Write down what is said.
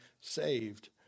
saved